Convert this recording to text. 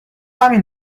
همین